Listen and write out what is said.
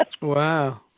Wow